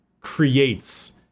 creates